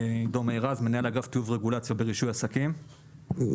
אני מנהל אגף טיוב רגולציה ברישוי עסקים במשרד הפנים.